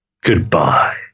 goodbye